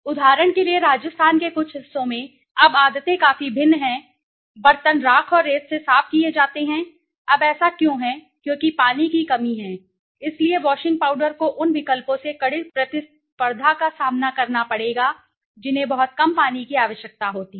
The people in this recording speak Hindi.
उदाहरण के लिए राजस्थान के कुछ हिस्सों में अब आदतें काफी भिन्न हैं बर्तन राख और रेत से साफ किए जाते हैं अब ऐसा क्यों है क्योंकि पानी की कमी है इसलिए वाशिंग पाउडर को उन विकल्पों से कड़ी प्रतिस्पर्धा का सामना करना पड़ेगा जिन्हें बहुत कम पानी की आवश्यकता होती है